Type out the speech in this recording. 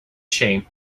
shame